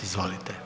Izvolite.